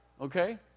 okay